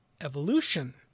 evolution